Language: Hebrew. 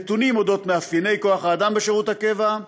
נתונים על מאפייני כוח-האדם בשירות הקבע,